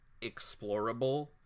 explorable